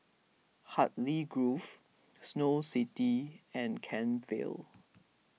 Hartley Grove Snow City and Kent Vale